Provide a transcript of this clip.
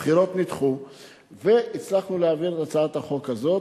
הבחירות נדחו והצלחנו להעביר את הצעת החוק הזאת,